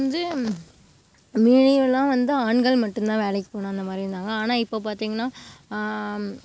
இந்து முன்னாடியெல்லாம் வந்து ஆண்கள் மட்டும் தான் வேலைக்கு போகனும் அந்த மாதிரி இருந்தாங்க ஆனால் இப்போ பார்த்திங்கனா